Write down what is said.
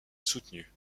soutenu